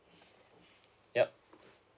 yup